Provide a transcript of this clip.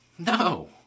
No